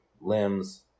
limbs